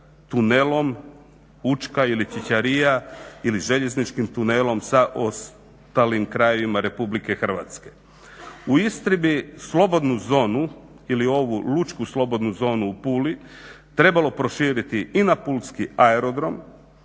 tunelom Učka ili Ćićarija ili željezničkim tunelom sa ostalim krajevima RH. U Istri bi slobodnu zonu ili ovu lučku slobodnu zonu u Puli trebalo proširiti i na Pulski aerodrom,